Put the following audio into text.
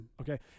okay